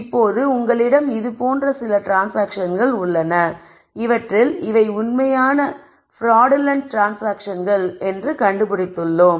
இப்போது உங்களிடம் இது போன்ற சில ட்ரான்ஸ்சாங்க்ஷன்கள் உள்ளன இவற்றில் இவை உண்மையில் பிராடுலண்ட் ட்ரான்ஸ்சாங்க்ஷன்கள் இன்று கண்டுபிடித்துள்ளோம்